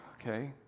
Okay